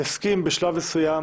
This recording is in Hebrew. הסכים בשלב מסוים